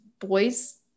boys